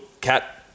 cat